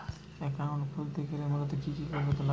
Account খুলতে গেলে মূলত কি কি কাগজপত্র লাগে?